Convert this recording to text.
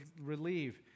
relieve